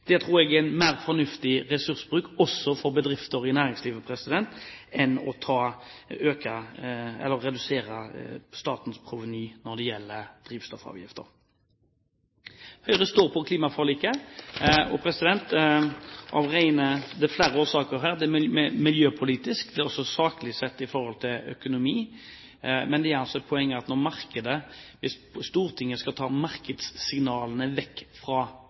Det tror jeg er en mer fornuftig ressursbruk, også for bedrifter i næringslivet, enn å redusere statens proveny når det gjelder drivstoffavgifter. Høyre står på klimaforliket av flere årsaker, både miljøpolitisk og saklig sett i forhold til økonomi. Men hvis Stortinget skal ta markedssignalene vekk fra innbyggerne – fra kundene, konsumentene – får man en feilstyrt etterspørsel. Det er derfor flere grunner til at